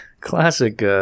Classic